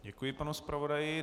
Děkuji panu zpravodaji.